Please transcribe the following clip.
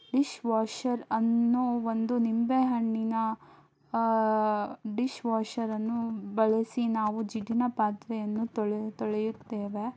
dish washer ಅನ್ನೋ ಒಂದು ನಿಂಬೆಹಣ್ಣಿನ ಡಿಶ್ ವಾಷರನ್ನು ಬಳಸಿ ನಾವು ಜಿಡ್ಡಿನ ಪಾತ್ರೆಯನ್ನು ತೊಳೆ ತೊಳೆಯುತ್ತೇವೆ